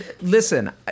Listen